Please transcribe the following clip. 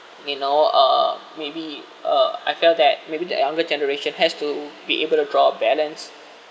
you know uh maybe uh I felt that maybe the younger generation has to be able to draw a balance